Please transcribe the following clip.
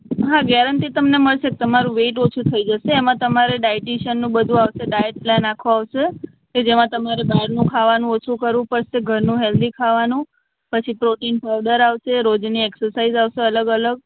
હા ગેરન્ટી તમને મળશે તમારું વેઇટ ઓછું થઈ જશે એમાં તમારે ડાઈટીશીયનનું બધું આવશે ડાઈટ પ્લાન આખો આવશે કે જેમાં તમારે બહારનું ખાવાનુ ઓછું કરવું પડશે ઘરનું હેલ્થી ખાવાનું પછી પ્રોટીન પાઉડર આવશે રોજની એક્સસાઇઝ આવશે અલગ અલગ